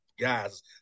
Guys